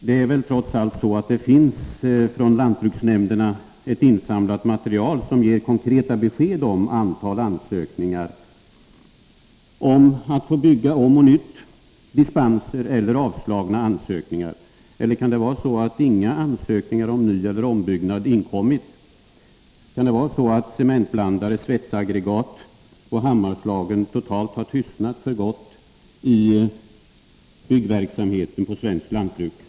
Det finns väl trots allt ett insamlat material från lantbruksnämnderna, som ger konkreta besked om antalet ansökningar om att få bygga om och bygga nytt och om antalet dispenser eller avslagna ansökningar — eller kan det vara så att inga ansökningar om nyeller ombyggnad har inkommit? Kan det vara så att cementblandare, svetsaggregat och hammarslag har tystnat för gott i byggverksamheten på svenska lantbruk?